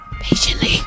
Patiently